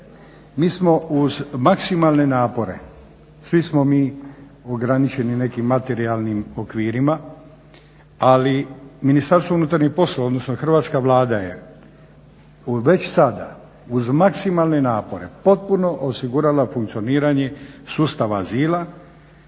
mi smo uz maksimalne napore, svi smo mi ograničeni nekim materijalnim okvirima, ali Ministarstvo unutarnjih poslova odnosno hrvatska Vlada je već sada uz maksimalne napore potpuno osigurala funkcioniranje sustava azila